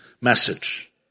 message